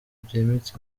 byimbitse